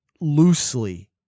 loosely